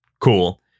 Cool